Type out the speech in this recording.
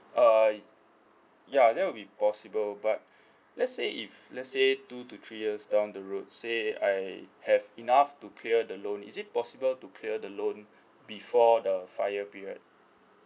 uh ya that will be possible but let's say if let's say two to three years down the road say I have enough to clear the loan is it possible to clear the loan before the fire period